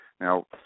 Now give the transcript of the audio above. Now